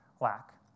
lack